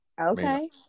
Okay